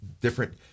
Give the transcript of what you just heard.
different